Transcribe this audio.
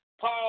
Paul